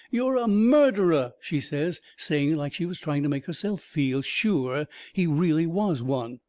you're a murderer, she says, saying it like she was trying to make herself feel sure he really was one.